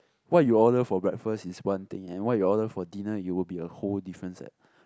what you order for breakfast is one thing and what you order for dinner it would be a whole different set